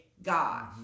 God